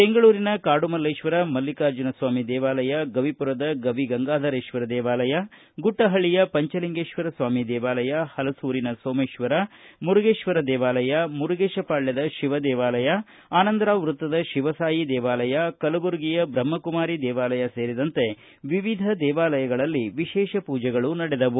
ಬೆಂಗಳೂರಿನ ಕಾಡುಮಲ್ಲೇಶ್ವರ ಮಲ್ಲಿಕಾರ್ಜುನಸ್ವಾಮಿ ದೇವಾಲಯ ಗವಿಪುರದ ಗವಿ ಗಂಗಾಧರೇಶ್ವರ ದೇವಾಲಯ ಗುಟ್ವಹಳ್ಳಯ ಪಂಚಲಿಂಗೇಶ್ವರ ಸ್ವಾಮಿ ದೇವಾಲಯ ಹಲಸೂರಿನ ಸೋಮೇಶ್ವರ ಮುರುಗೇಶ್ವರ ದೇವಾಲಯ ಮುರುಗೇಶಪಾಳ್ದದ ಶಿವ ದೇವಾಲಯ ಅನಂದರಾವ್ ವೃತ್ತದ ಶಿವಸಾಯಿ ದೇವಾಲಯ ಕಲುಬರುಗಿಯ ಬ್ರಹ್ಮಕುಮಾರಿ ದೇವಾಲಯ ಸೇರಿದಂತೆ ವಿವಿಧ ದೇವಾಲಯಗಳಲ್ಲಿ ವಿಶೇಷ ಪೂಜೆಗಳು ನಡೆದವು